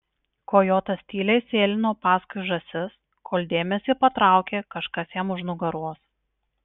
kojotas tyliai sėlino paskui žąsis kol dėmesį patraukė kažkas jam už nugaros